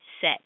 set